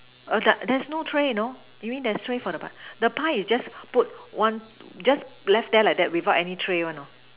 there's no tray you know you mean there's tray for the pie the pie is just put one just left there like that without any tray one you know